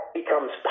becomes